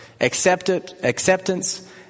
Acceptance